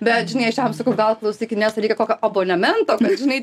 bet žinai aš jam sakau gal klausyk inesai reikia kokio abonemento žinai